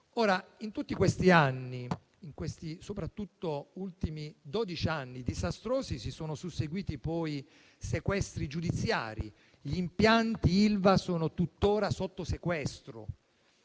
in tutti questi anni, soprattutto in questi ultimi dodici anni disastrosi, si sono susseguiti i sequestri giudiziari. Gli impianti Ilva sono tuttora sotto sequestro.